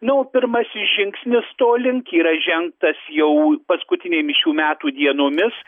nu o pirmasis žingsnis to link yra žengtas jau paskutinėmis šių metų dienomis